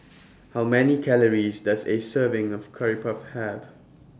How Many Calories Does A Serving of Curry Puff Have